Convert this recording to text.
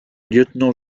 lieutenant